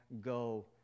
go